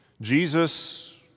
Jesus